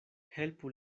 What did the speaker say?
helpu